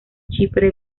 chipre